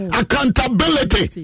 accountability